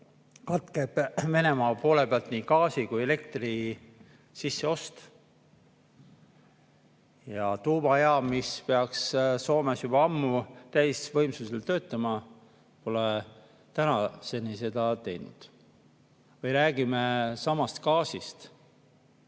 katkeb Venemaa poole pealt nii gaasi kui elektri sisseost. Ja tuumajaam, mis peaks Soomes juba ammu täisvõimsusel töötama, pole tänaseni seda tegema hakanud. Või räägime samast gaasist,